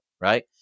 right